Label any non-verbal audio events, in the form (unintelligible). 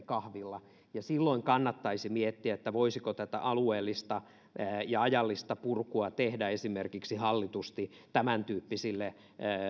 (unintelligible) kahvilla ja silloin kannattaisi miettiä voisiko tätä alueellista ja ajallista purkua tehdä hallitusti esimerkiksi tämäntyyppisille